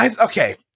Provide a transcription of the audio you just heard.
Okay